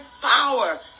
power